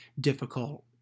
difficult